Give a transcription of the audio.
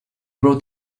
wrote